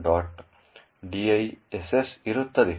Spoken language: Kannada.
diss ಇರುತ್ತದೆ